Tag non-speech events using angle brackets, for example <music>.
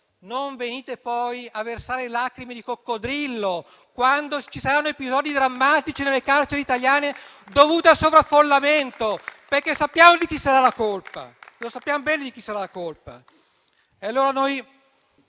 non venite poi a versare lacrime di coccodrillo quando ci saranno episodi drammatici nelle carceri italiane dovuti al sovraffollamento, <applause> perché sappiamo di chi sarà la colpa.